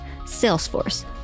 Salesforce